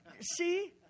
see